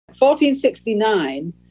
1469